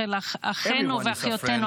של אחינו ואחיותינו